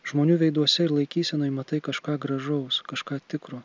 žmonių veiduose ir laikysenoj matai kažką gražaus kažką tikro